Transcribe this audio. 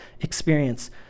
experience